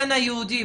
גן היהודי,